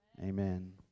amen